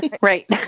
Right